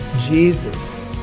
Jesus